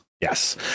Yes